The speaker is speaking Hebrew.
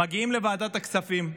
מגיעים לוועדת הכספים ואומרים: